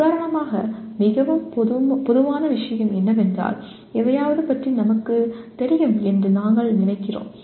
உதாரணமாக மிகவும் பொதுவான விஷயம் என்னவென்றால் எதையாவது பற்றி நமக்குத் தெரியும் என்று நாங்கள் நினைக்கிறோம்